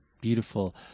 beautiful